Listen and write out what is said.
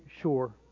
sure